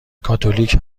کاتولیک